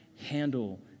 handle